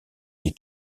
lès